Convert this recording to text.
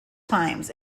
times